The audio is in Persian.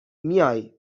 میای